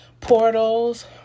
portals